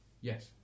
yes